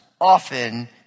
often